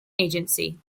agency